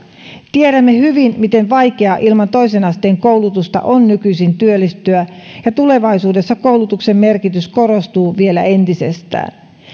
tiedämme hyvin miten vaikeaa ilman toisten asteen koulutusta on nykyisin työllistyä ja tulevaisuudessa koulutuksen merkitys korostuu vielä entisestään